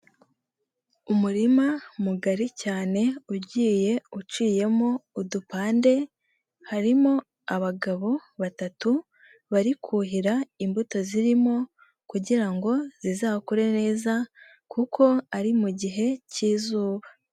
Umurima mugari cyane ugiye uciyemo udupande, harimo abagabo, batatu, bari kuhira imbuto zirimo, kugira ngo zizakure neza, kuko ari mugihe k'izuba.